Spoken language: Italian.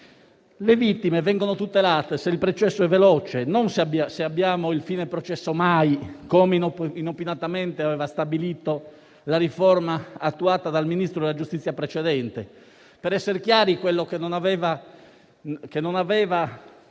Le vittime vengono tutelate se il processo è veloce, non se abbiamo il fine processo mai, come inopinatamente aveva stabilito la riforma attuata dal Ministro della giustizia precedente, per essere chiari, quello che aveva